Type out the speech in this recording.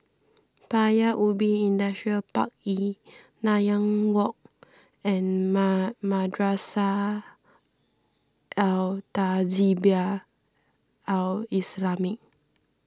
Paya Ubi Industrial Park E Nanyang Walk and Madrasah Al Tahzibiah Al Islamiah